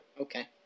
Okay